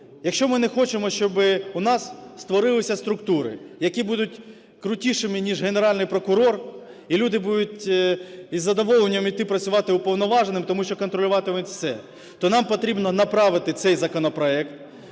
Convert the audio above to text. якщо ми не хочемо, щоби у нас створилися структури, які будуть крутішими ніж Генеральний прокурор, і люди будуть із задоволенням іти працювати уповноваженими, тому що контролюватимуть все, то нам потрібно направити цей законопроект